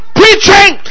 preaching